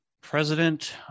president